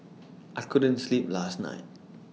I couldn't sleep last night